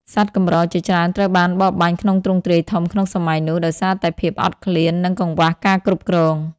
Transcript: សត្វកម្រជាច្រើនត្រូវបានបរបាញ់ក្នុងទ្រង់ទ្រាយធំក្នុងសម័យនោះ ដោយសារតែភាពអត់ឃ្លាន និងកង្វះការគ្រប់គ្រង។